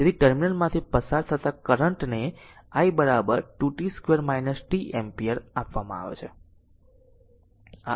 તેથી ટર્મિનલમાંથી પસાર થતા કરંટ ને i 2 t2 t એમ્પીયર આપવામાં આવે છે